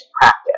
practice